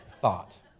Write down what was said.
thought